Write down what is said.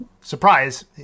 Surprise